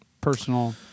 personal